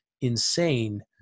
insane